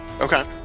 Okay